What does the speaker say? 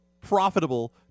profitable